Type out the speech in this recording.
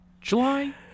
July